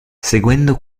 seguendo